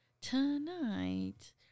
Tonight